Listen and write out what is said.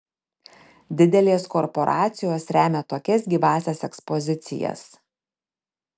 didelės korporacijos remia tokias gyvąsias ekspozicijas